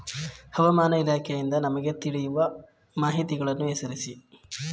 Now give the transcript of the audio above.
ಹವಾಮಾನ ಇಲಾಖೆಯಿಂದ ನಮಗೆ ತಿಳಿಯುವ ಮಾಹಿತಿಗಳನ್ನು ಹೆಸರಿಸಿ?